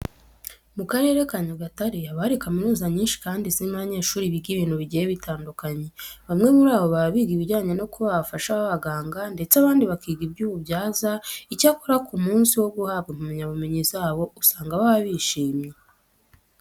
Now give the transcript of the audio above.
Mu Karere ka Nyagatare haba hari kaminuza nyinshi kandi zirimo abanyeshuri biga ibintu bigiye bitandukanye. Bamwe muri bo baba biga ibijyanye no kuba abafasha b'abaganga ndetse abandi bakiga iby'ububyaza. Icyakora ku munsi wo guhabwa impamyabumenyi zabo usanga baba babyishimiye.